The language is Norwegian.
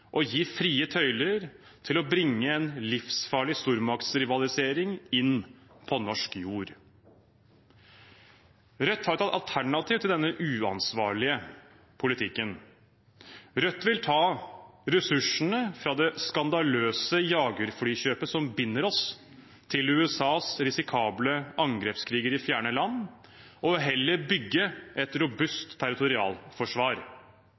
å gi frie tøyler til å bringe en livsfarlig stormaktsrivalisering inn på norsk jord. Rødt har et alternativ til denne uansvarlige politikken. Rødt vil ta ressursene fra det skandaløse jagerflykjøpet som binder oss til USAs risikable angrepskriger i fjerne land, og heller bygge et